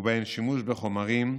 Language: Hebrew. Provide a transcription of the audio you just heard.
ובהן שימוש בחומרים,